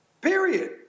Period